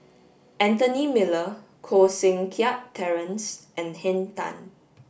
Anthony Miller Koh Seng Kiat Terence and Henn Tan